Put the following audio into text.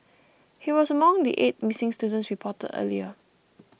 he was among the eight missing students reported earlier